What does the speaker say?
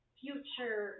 future